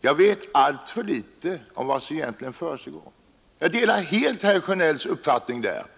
Jag vet alltför litet om vad som egentligen försiggår. Jag delar helt herr Sjönells uppfattning därvidlag.